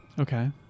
Okay